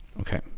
Okay